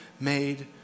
made